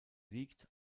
liegt